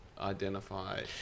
identify